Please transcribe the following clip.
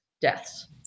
deaths